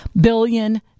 billion